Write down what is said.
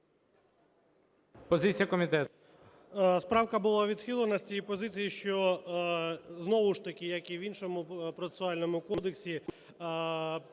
Правка була відхилена з тією позицією, що, знову ж таки, як і в іншому, Процесуальному кодексі,